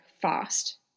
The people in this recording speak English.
fast